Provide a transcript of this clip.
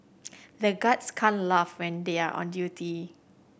the guards can laugh when they are on duty